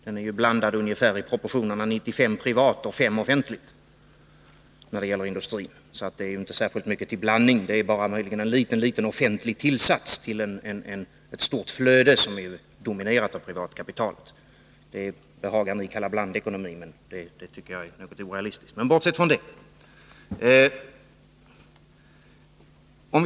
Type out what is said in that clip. Den är ju beträffande industrin blandad i proportionerna ungefär 95 Yo privat och 5 90 offentlig, så det är inte mycket till blandning. Det är en liten offentlig tillsats till det stora flöde som domineras av privatkapitalet. Detta behagar ni kalla blandekonomi, något som jag tycker är orealistiskt. Men låt oss bortse från detta.